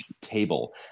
Table